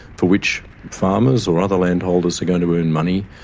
for which farmers or other landholders are going to earn money,